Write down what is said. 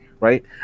right